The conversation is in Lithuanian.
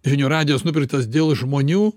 žinių radijas nupirktas dėl žmonių